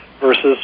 versus